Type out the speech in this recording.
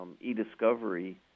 e-discovery